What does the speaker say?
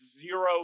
zero